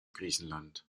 griechenland